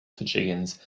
fijians